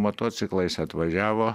motociklais atvažiavo